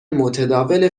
متداول